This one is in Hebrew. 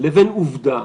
לבין עובדה